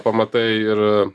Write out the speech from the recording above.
pamatai ir